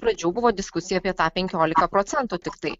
pradžių buvo diskusija apie tą penkioliką procentų tiktai